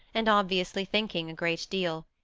and obviously thinking a great deal.